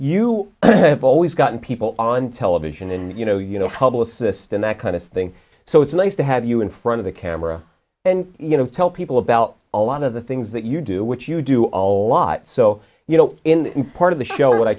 have always gotten people on television and you know you know hubble assist and that kind of thing so it's like to have you in front of the camera and you know tell people about a lot of the things that you do which you do all lot so you know in part of the show